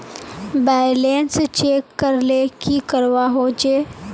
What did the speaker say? Balance check करले की करवा होचे?